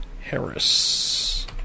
Harris